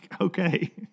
Okay